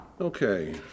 okay